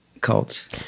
cults